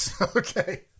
Okay